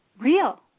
real